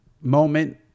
moment